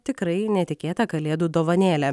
tikrai netikėta kalėdų dovanėlė